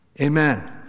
Amen